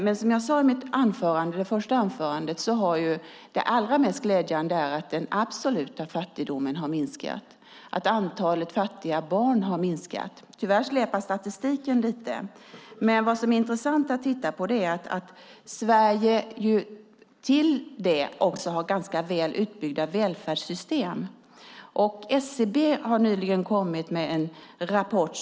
Men som jag sade i mitt inledande anförande är det allra mest glädjande att den absoluta fattigdomen har minskat, att antalet fattiga barn har minskat. Tyvärr släpar statistiken efter lite, men vad som är intressant att titta på är att Sverige också har ganska väl utbyggda välfärdssystem. SCB har nyligen kommit med en rapport.